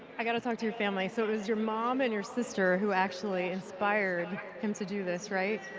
i gotta talk to your family, so it was your mom and your sister who actually inspired him to do this right?